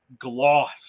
gloss